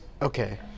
Okay